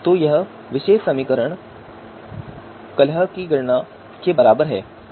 तो यह विशेष समीकरण वैश्विक कलह की गणना के बराबर है